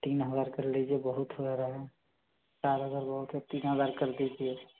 तीन हज़ार कर लीजिए बहुत ही ज़्यादा है चार हज़ार बहुत है तीन हज़ार कर दीजिए